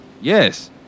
yes